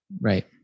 Right